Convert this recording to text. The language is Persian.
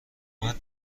اومد